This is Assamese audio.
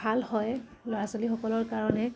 ভাল হয় ল'ৰা ছোৱালীসকলৰ কাৰণে